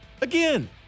Again